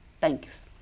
Thanks